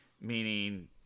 Meaning